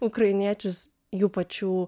ukrainiečius jų pačių